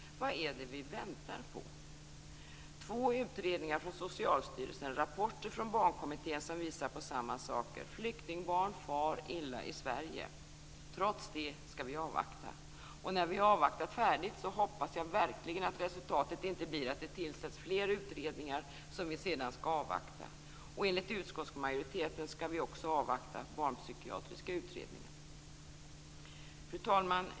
Vad är det vi väntar på? Trots två utredningar från Socialstyrelsen och rapporter från Barnkommittén som visar på samma saker - flyktingbarn far illa i Sverige - skall vi avvakta! När vi har avvaktat färdigt hoppas jag verkligen att resultatet inte blir att det tillsätts fler utredningar, som vi sedan skall avvakta. Enligt utskottsmajoriteten skall vi även avvakta Barnpsykiatriska utredningen. Fru talman!